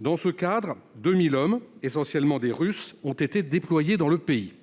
Dans ce cadre, 2 000 hommes, essentiellement russes, ont été déployés dans le pays.